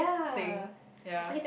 thing ya